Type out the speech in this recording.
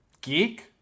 geek